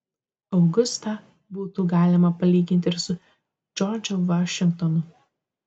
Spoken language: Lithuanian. augustą būtų galima palyginti ir su džordžu vašingtonu